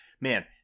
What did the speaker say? man